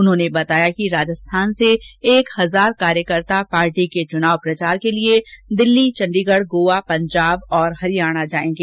उन्होंने बताया कि राजसथान से एक हजार कार्यकर्ता पार्टी के चुनाव प्रचार के लिए दिल्ली चंडीगढ गोवा पंजाब और हरियाणा जाएंगे